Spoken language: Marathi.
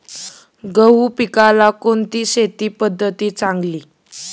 गहू पिकाला कोणती शेती पद्धत चांगली?